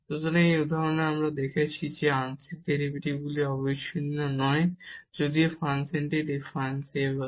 সুতরাং এই উদাহরণে আমরা দেখেছি যে আংশিক ডেরিভেটিভগুলি অবিচ্ছিন্ন নয় যদিও ফাংশনটি ডিফারেনসিবল